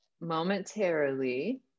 momentarily